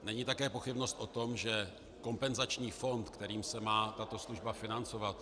Není také pochybnost o tom, že kompenzační fond, kterým se má tato služba financovat